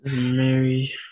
Mary